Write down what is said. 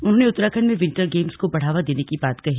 उन्होंने उत्तराखंड में winter games को बढ़ावा देने की बात कही